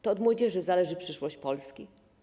To od młodzieży zależy przyszłość Polski.